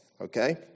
Okay